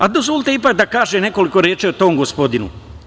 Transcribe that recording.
Dozvolite ipak da kažem nekoliko reči o tom gospodinu.